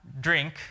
drink